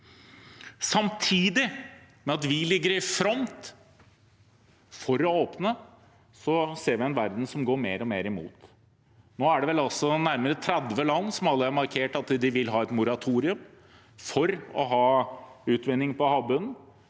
Samtidig med at vi ligger i front for å åpne, ser vi en verden som går mer og mer imot. Nå er det vel nærmere 30 land som alle har markert at de vil ha et moratorium når det gjelder utvinning på havbunnen.